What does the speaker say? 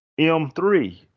M3